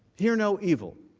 hear no evil